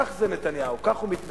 כך זה נתניהו, כך הוא מתנהג.